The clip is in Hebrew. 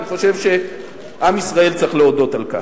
אני חושב שעם ישראל צריך להודות על כך.